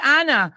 Anna